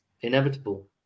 inevitable